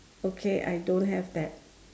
okay I don't have that